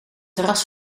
terras